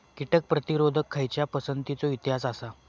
कीटक प्रतिरोधक खयच्या पसंतीचो इतिहास आसा?